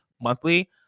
monthly